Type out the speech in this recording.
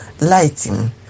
lighting